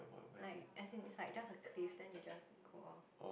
like as in it's just a cliff then you just go off